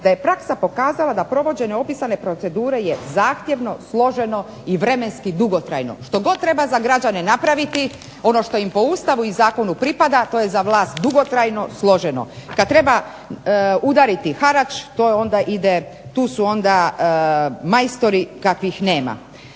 da je praksa pokazala da provođenje opisane procedure je zahtjevno, složeno i vremenski dugotrajno, što god treba za građane napraviti ono što im po Ustavu i zakonu pripada, to je za vlast dugotrajno i složeno. Kada treba udariti harač tu su onda majstori kakvih nema.